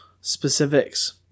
specifics